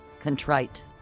contrite